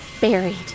buried